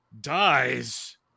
dies